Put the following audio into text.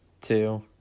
Two